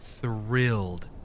thrilled